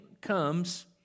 comes